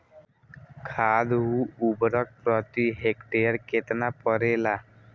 खाद व उर्वरक प्रति हेक्टेयर केतना परेला?